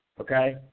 okay